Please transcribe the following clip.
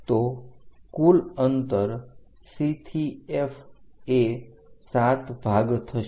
તો કુલ અંતર C થી F એ 7 ભાગ થશે